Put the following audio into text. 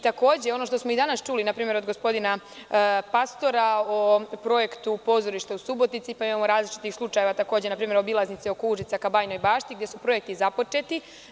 Takođe, ono što smo i danas čuli npr. od gospodina Pastora, o projektu pozorišta u Subotici, imamo različitih slučajeva, npr. obilaznice oko Užica, ka Bajinoj Bašti, gde su projekti započeti.